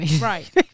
right